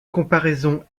comparaison